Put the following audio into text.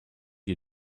you